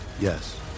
Yes